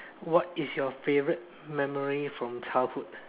what is your favourite memory from childhood